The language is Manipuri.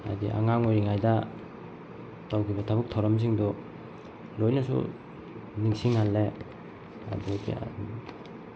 ꯍꯥꯏꯕꯗꯤ ꯑꯉꯥꯡ ꯑꯣꯏꯔꯤꯉꯩꯗ ꯇꯧꯈꯤꯕ ꯊꯕꯛ ꯊꯧꯔꯝꯁꯤꯡꯗꯣ ꯂꯣꯏꯅꯁꯨ ꯅꯤꯡꯁꯤꯡꯍꯜꯂꯦ ꯑꯗꯒꯤ